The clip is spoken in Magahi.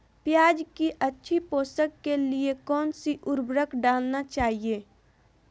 प्याज की अच्छी पोषण के लिए कौन सी उर्वरक डालना चाइए?